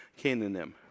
Canaanim